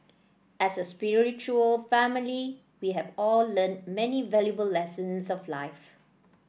as a spiritual family we have all learned many valuable lessons of life